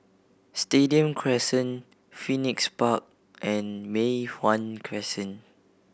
Stadium Crescent Phoenix Park and Mei Hwan Crescent